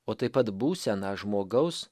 o taip pat būseną žmogaus